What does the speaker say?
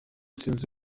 sinzi